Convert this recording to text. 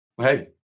hey